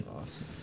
Awesome